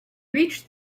reached